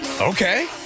okay